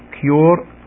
cure